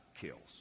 kills